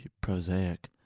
prosaic